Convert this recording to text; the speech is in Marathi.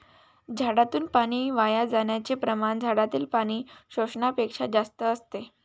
झाडातून पाणी वाया जाण्याचे प्रमाण झाडातील पाणी शोषण्यापेक्षा जास्त असते